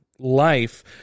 life